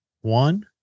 one